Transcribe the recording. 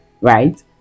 right